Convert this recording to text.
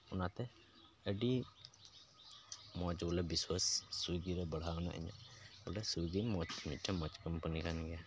ᱚᱱᱟᱛᱮ ᱟᱹᱰᱤ ᱢᱚᱡᱽ ᱵᱚᱞᱮ ᱵᱤᱥᱚᱣᱟᱥ ᱥᱩᱭᱜᱤ ᱨᱮ ᱵᱟᱲᱦᱟᱣ ᱮᱱᱟ ᱤᱱᱟᱹᱜ ᱵᱚᱞᱮ ᱥᱩᱭᱜᱤ ᱢᱚᱡᱽ ᱢᱤᱫᱴᱮᱱ ᱢᱚᱡᱽ ᱠᱳᱢᱯᱟᱱᱤ ᱠᱟᱱ ᱜᱮᱭᱟ